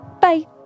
Bye